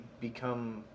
become